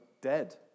dead